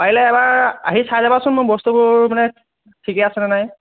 পাৰিলে এবাৰ আহি চাই যাবচোন মোৰ বস্তুবোৰ মানে ঠিকে আছে নে নাই